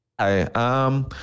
Hi